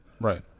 Right